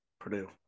Purdue